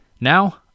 Now